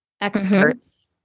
experts